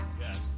Yes